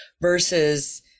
versus